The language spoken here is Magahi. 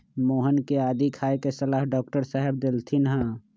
मोहन के आदी खाए के सलाह डॉक्टर साहेब देलथिन ह